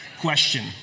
Question